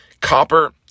Copper